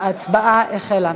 ההצבעה החלה.